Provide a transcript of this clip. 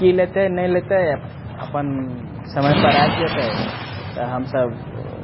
की लेतै नहि लेतै अपन समय पर आबि जेतै तऽ हमसब